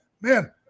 man